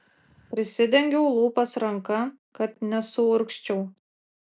prisidengiau lūpas ranka kad nesuurgzčiau